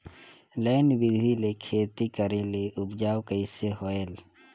Line बिधी ले खेती करेले उपजाऊ कइसे होयल?